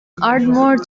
ardmore